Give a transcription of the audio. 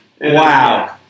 Wow